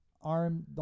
arm